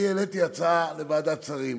אני העליתי הצעה לוועדת שרים.